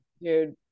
dude